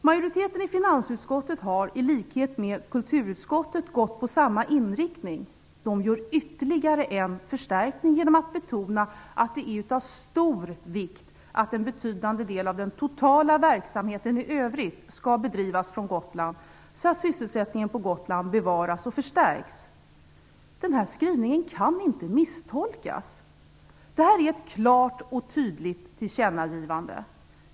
Majoriteten i finansutskottet har, i likhet med kulturutskottet, valt samma inriktning. Finansutskottet gör ytterligare en förstärkning genom att betona att det är av stor vikt att en betydande del av den totala verksamheten i övrigt skall bedrivas från Gotland så att sysselsättningen på Gotland bevaras och förstärks. Denna skrivning kan inte misstolkas. Detta är ett klart och tydligt tillkännagivande.